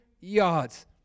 yards